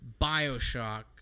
Bioshock